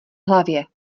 hlavě